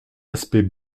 aspect